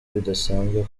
bidasanzwe